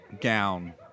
gown